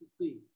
see